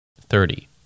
thirty